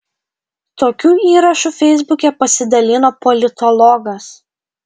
tokiu įrašu feisbuke pasidalino politologas